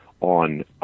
on